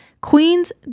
Queen's